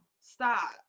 Stop